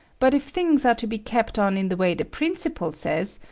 but if things are to be kept on in the way the principal says,